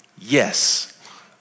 Yes